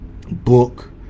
book